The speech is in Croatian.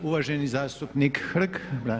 Uvaženi zastupnik Hrg.